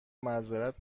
معذرت